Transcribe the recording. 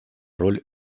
роль